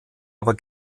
aber